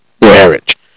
marriage